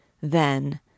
Then